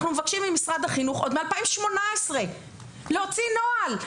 אנחנו מבקשים ממשרד החינוך עוד מ-2018 להוציא נוהל,